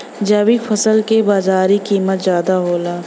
जैविक फसल क बाजारी कीमत ज्यादा होला